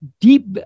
deep